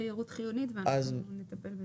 זו תשתית תיירות חיונית ואנחנו נטפל בזה.